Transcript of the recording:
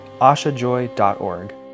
ashajoy.org